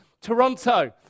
Toronto